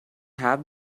have